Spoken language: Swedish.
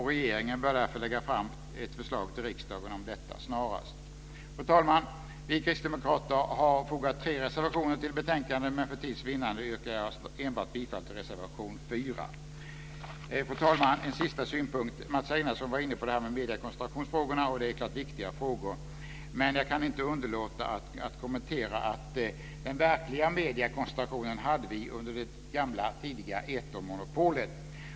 Regeringen bör därför lägga fram ett förslag till riksdagen om detta snarast. Fru talman! Vi kristdemokrater har fogat tre reservationer till betänkandet, men för tids vinnande yrkar jag enbart bifall till reservation 4. Fru talman! Jag har en sista synpunkt. Mats Einarsson var inne på mediekoncentrationsfrågorna, och det är klart viktiga frågor. Jag kan inte underlåta att göra den kommentaren att den verkliga mediekoncentrationen hade vi under det gamla, tidiga etermonopolet.